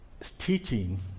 teaching